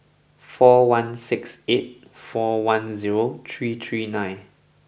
four one six eight four one zero three three nine